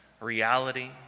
reality